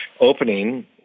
opening